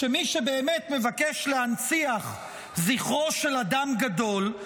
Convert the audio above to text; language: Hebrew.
מי שבאמת מבקש להנציח זכרו של אדם גדול,